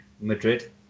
Madrid